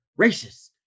racist